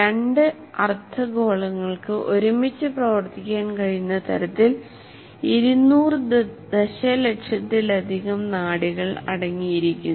രണ്ട് അർദ്ധഗോളങ്ങൾക്ക് ഒരുമിച്ച് പ്രവർത്തിക്കാൻ കഴിയുന്ന തരത്തിൽ 200 ദശലക്ഷത്തിലധികം നാഡികൾ അടങ്ങിയിരിക്കുന്നു